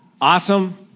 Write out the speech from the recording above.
Awesome